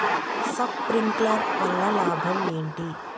Sprinkler వల్ల లాభం ఏంటి?